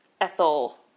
Ethel